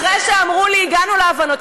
אחרי שאמרו לי: הגענו להבנות.